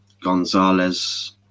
gonzalez